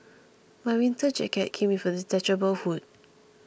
my winter jacket came with a detachable hood